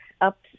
up